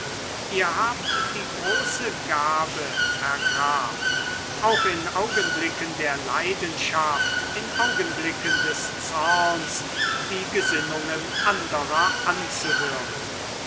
ihr habt die große gabe herr graf auch in augenblicken der leidenschaft in augenblicken des zorns die gesinnungen anderer anzuhören